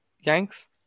Yanks